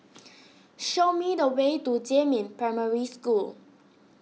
show me the way to Jiemin Primary School